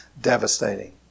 devastating